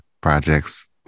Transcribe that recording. projects